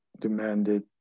demanded